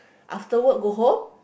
after work go home